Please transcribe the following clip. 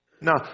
Now